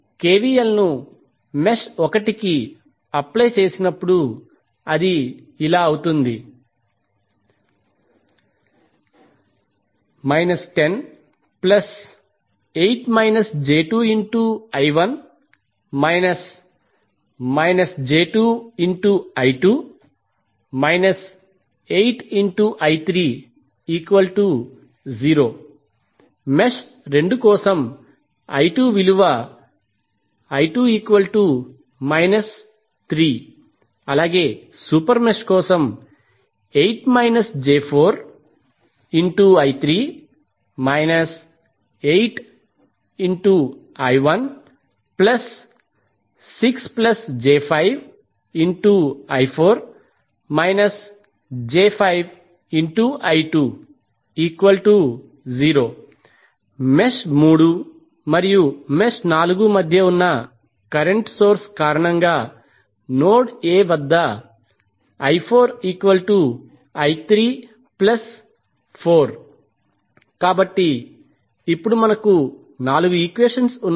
మీరు కెవిఎల్ను మెష్ 1 కి అప్లై చేసినప్పుడు అది ఇలా అవుతుంది మెష్ 2 కోసం సూపర్ మెష్ కోసం మెష్ 3 మరియు 4 మధ్య ఉన్న కరెంట్ సోర్స్ కారణంగా నోడ్ A వద్ద కాబట్టి ఇప్పుడు మనకు 4 ఈక్వెషన్స్ ఉన్నాయి